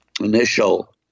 initial